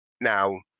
Now